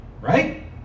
right